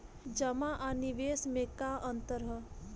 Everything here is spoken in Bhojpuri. जमा आ निवेश में का अंतर ह?